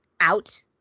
out